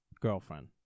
girlfriend